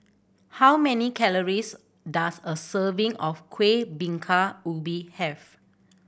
how many calories does a serving of Kuih Bingka Ubi have